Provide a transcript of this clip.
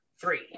three